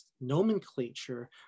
nomenclature